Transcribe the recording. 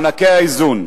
מענקי האיזון,